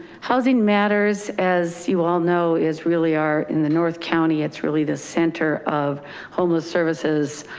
housing matters, as you all know, is really are in the north county. it's really the center of homeless services,